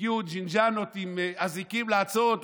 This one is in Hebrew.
הגיעו זינזנות עם אזיקים לעצור אותו,